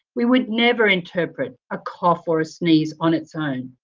we would never interpret a cough or a sneeze on its own.